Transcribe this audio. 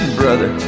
brother